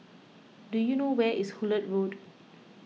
do you know where is Hullet Road